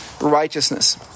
righteousness